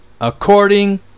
according